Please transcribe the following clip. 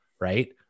right